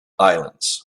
islands